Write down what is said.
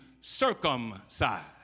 circumcised